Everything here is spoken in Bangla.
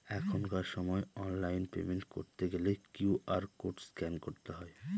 এখনকার সময় অনলাইন পেমেন্ট করতে গেলে কিউ.আর কোড স্ক্যান করতে হয়